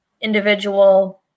individual